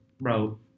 bro